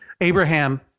Abraham